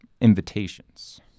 Invitations